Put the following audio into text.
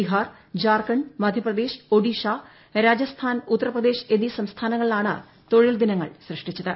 ബീഹാർ ഝാർഖണ്ഡ് മധ്യപ്രദേശ് ഒഡീഷ രാജസ്ഥാൻ ഉത്തർപ്രദേശ് സംസ്ഥാനങ്ങളിലാണ് എന്നീ തൊഴിൽദിനങ്ങൾ സൃഷ്ടിച്ചത്